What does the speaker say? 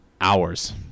hours